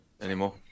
anymore